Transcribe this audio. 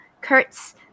Kurtz